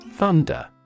Thunder